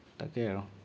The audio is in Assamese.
তাকে আৰু